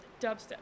dubstep